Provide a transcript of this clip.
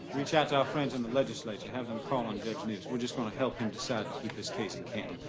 reach out to our friends in the legislature. have them call on judge noose. we're just gonna help him decide to keep this case in canton.